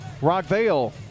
Rockvale